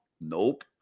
Nope